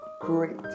great